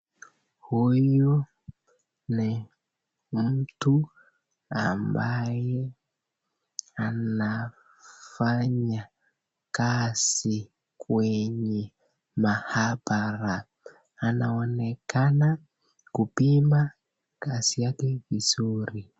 Huyu ni mtu ambaye anafanya kazi kwenye maabara. Anaonekana kupima kazi yake vizuri.